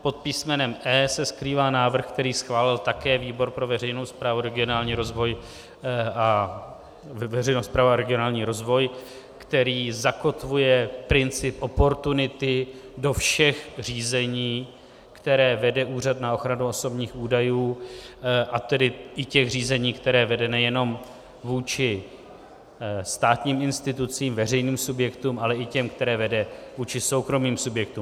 Pod písmenem E se skrývá návrh, který schválil také výbor pro veřejnou správu a regionální rozvoj, který zakotvuje princip oportunity do všech řízení, která vede Úřad na ochranu osobních údajů, a tedy i těch řízení, která vede nejenom vůči státním institucím, veřejným subjektům, ale i těm, které vede vůči soukromým subjektům.